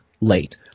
late